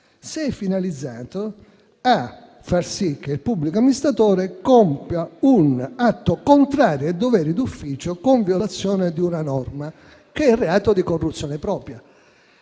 è finalizzato a far sì che il pubblico amministratore compia un atto contrario ai doveri d'ufficio con violazione di una norma che è il reato di corruzione propria.